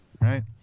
right